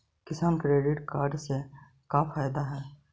किसान credit card से का फायदा है?